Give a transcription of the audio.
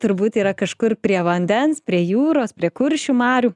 turbūt yra kažkur prie vandens prie jūros prie kuršių marių